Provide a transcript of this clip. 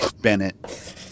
Bennett